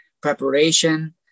preparation